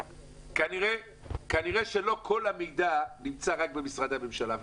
כנראה שלא כל המידע נמצא רק במשרדי הממשלה.